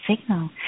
signal